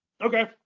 Okay